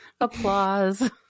Applause